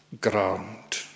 ground